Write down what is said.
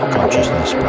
Consciousness